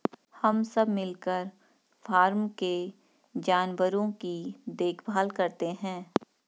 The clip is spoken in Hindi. हम सब मिलकर फॉर्म के जानवरों की देखभाल करते हैं